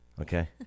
Okay